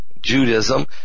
Judaism